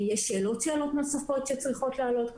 יש שאלות נוספות שצריכות לעלות,